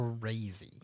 crazy